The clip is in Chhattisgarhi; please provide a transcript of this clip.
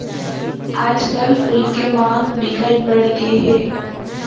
आजकल फूल के मांग बिकट बड़ गे हे